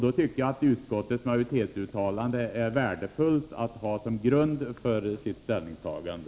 Då tycker jag utskottets majoritetsuttalande är värdefullt som grund för ett ställningstagande.